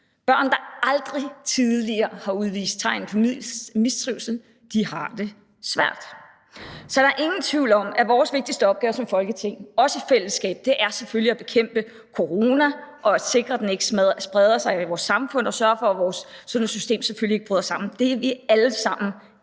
Børn, der aldrig tidligere har udvist tegn på mistrivsel, har det svært. Så der er ingen tvivl om, at vores vigtigste opgave som Folketing selvfølgelig i fællesskab er at bekæmpe coronaen og at sikre, at den ikke spreder sig i vores samfund, og sørge for, at vores sundhedssystem ikke bryder sammen. Det er vi alle sammen